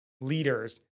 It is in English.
leaders